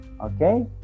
okay